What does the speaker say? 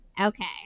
Okay